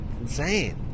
Insane